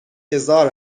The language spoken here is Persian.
هزار